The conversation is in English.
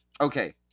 Okay